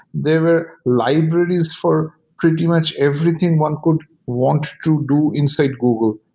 there were libraries for pretty much everything one could want to do inside google.